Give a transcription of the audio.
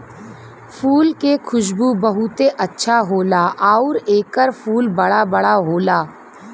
फूल के खुशबू बहुते अच्छा होला आउर एकर फूल बड़ा बड़ा होला